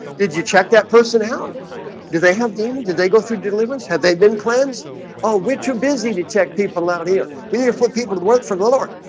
did you check that person out do they have them did they go through deliverance? have they been cleansed oh, which we're busy to check people out here. we need to put people to work for the lord